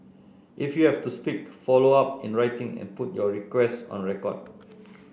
if you have to speak follow up in writing and put your requests on record